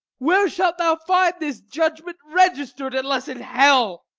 where shalt thou find this judgment register'd, unless in hell?